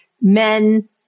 men